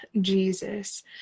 Jesus